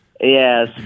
Yes